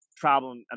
Problem